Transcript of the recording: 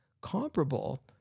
comparable